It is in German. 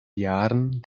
jahren